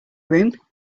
room